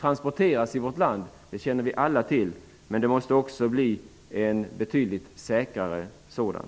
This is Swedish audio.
transporteras i vårt land. Transporterna måste bli betydligt säkrare. Herr talman!